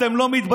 אתם לא מתביישים?